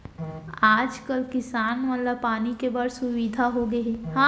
आज कल किसान मन ला पानी के बड़ सुबिधा होगे हे